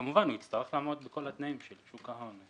כמובן הוא יצטרך לעמוד בכל התנאים של שוק ההון,